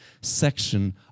section